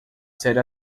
série